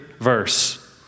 verse